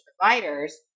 providers